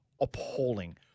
appalling